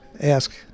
ask